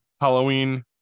Halloween